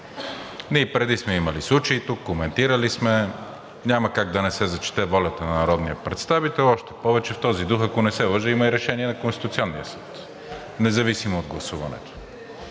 Ние и преди сме имали случаи тук, коментирали сме. Няма как да не се зачете волята на народния представител. Още повече, в този дух, ако не се лъжа, има и решение на Конституционния съд, независимо от гласуването,